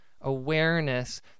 awareness